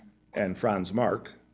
and franz marc,